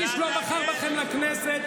איש לא בחר בכם לכנסת.